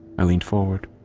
i leaned forward,